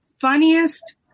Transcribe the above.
funniest